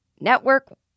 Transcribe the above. Network